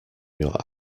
your